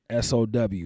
SOW